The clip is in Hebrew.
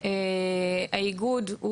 מתכות כבדות,